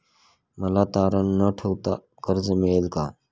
मला तारण न ठेवता कर्ज मिळेल का?